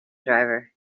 driver